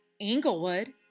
Englewood